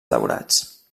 daurats